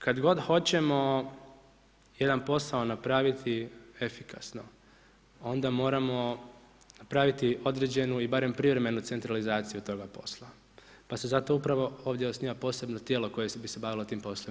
Kada god hoćemo jedan posao napraviti efikasno onda moramo napraviti određenu ili barem privremenu centralizaciju toga posla pa se zato upravo ovdje osniva posebno tijelo koje bi se bavilo tim poslovima.